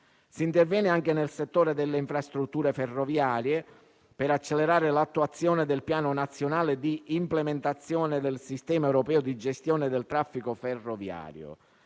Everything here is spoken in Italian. Si interviene anche nel settore delle infrastrutture ferroviarie per accelerare l'attuazione del Piano nazionale di implementazione del sistema europeo di gestione del traffico ferroviario